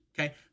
Okay